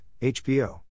HBO